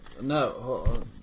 No